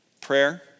prayer